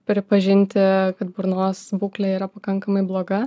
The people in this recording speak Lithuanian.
pripažinti kad burnos būklė yra pakankamai bloga